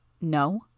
No